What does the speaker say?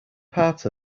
part